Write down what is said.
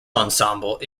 ensemble